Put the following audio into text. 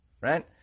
right